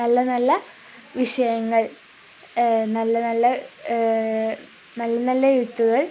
നല്ല നല്ല വിഷയങ്ങൾ നല്ല നല്ല നല്ല നല്ല എഴുത്തുകൾ